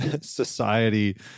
society